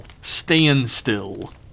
Standstill